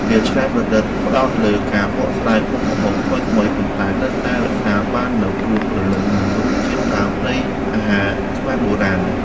ភាពច្នៃប្រឌិត ផ្ដោតលើការបកស្រាយមុខម្ហូបថ្មីៗ ប៉ុន្តែនៅតែរក្សាបាននូវដួងព្រលឹង និងរសជាតិដើមនៃអាហារខ្មែរបុរាណ។